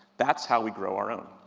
that's how we grow our own.